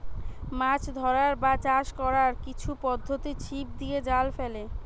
মাছ ধরার বা চাষ কোরার কিছু পদ্ধোতি ছিপ দিয়ে, জাল ফেলে